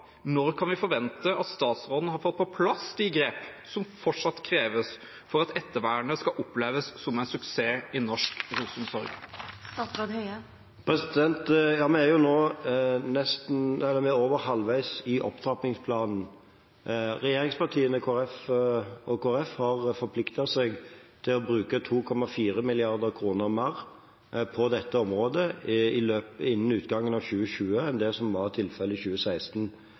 Når kan vi forvente at statsråden har fått på plass de grepene som fortsatt kreves for at ettervernet skal oppleves som en suksess i norsk rusomsorg? Vi er nå over halvveis i opptrappingsplanen. Regjeringspartiene og Kristelig Folkeparti har forpliktet seg til å bruke 2,4 mrd. kr mer på dette området innen utgangen av 2020 enn det som var tilfellet i 2016.